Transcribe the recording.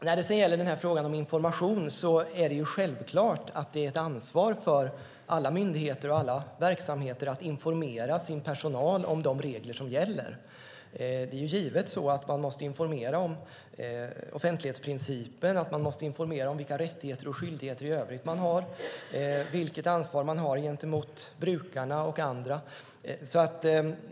När det gäller frågan om information är det självklart att det är ett ansvar för alla myndigheter och verksamheter att informera sin personal om de regler som gäller. Det är givet att man måste informera om offentlighetsprincipen och om vilka rättigheter och skyldigheter man i övrigt har, vilket ansvar man har gentemot brukarna och andra.